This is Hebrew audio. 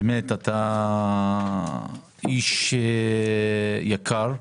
אתה איש יקר,